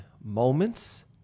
moments